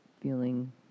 feeling